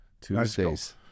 Tuesdays